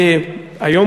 היום,